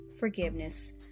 Forgiveness